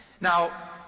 Now